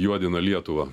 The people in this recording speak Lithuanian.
juodina lietuvą